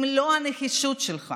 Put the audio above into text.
אם לא הנחישות שלך